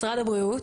משרד הבריאות,